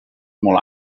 molt